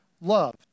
love